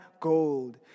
gold